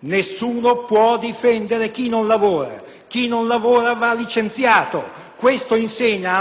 Nessuno può difendere chi non lavora: chi non lavora va licenziato. Questo mi insegna la